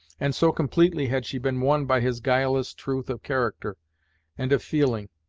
and so completely had she been won by his guileless truth of character and of feeling,